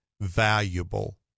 valuable